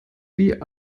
wie